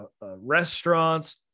restaurants